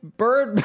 bird